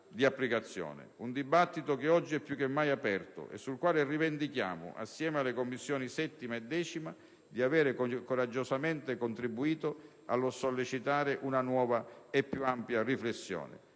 di applicazione. Un dibattito che oggi è più che mai aperto e sul quale rivendichiamo, assieme alle Commissioni 7a e 10a, di avere coraggiosamente contribuito a sollecitare una nuova e più ampia riflessione.